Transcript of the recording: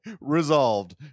Resolved